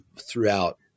throughout